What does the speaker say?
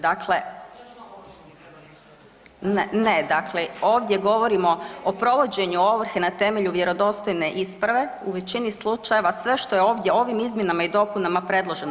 Dakle, … [[Upadica iz klupe se ne razumije]] ne, ne, dakle ovdje govorimo o provođenju ovrhe na temelju vjerodostojne isprave, u većini slučajeva sve što je ovdje ovim izmjenama i dopunama predloženo.